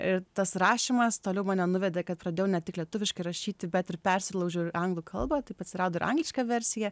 ir tas rašymas toliau mane nuvedė kad pradėjau ne tik lietuviški rašyti bet ir persilaužiau ir anglų kalbą taip atsirado ir angliška versija